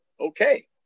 Okay